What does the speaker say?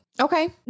Okay